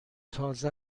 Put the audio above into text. تازه